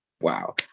wow